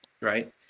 right